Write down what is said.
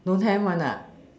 don't have one ah